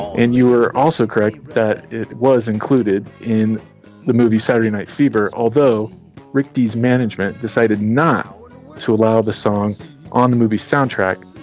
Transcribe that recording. and you were also correct that it was included in the movie saturday night fever, although records management decided now to allow the song on the movie soundtrack,